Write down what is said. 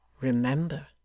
Remember